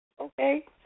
Okay